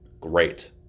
Great